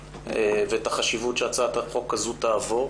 ואת החשיבות שהצעת החוק הזו תעבור,